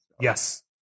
Yes